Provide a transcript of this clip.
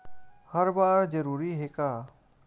हर बार जरूरी हे का?